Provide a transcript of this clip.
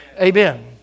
Amen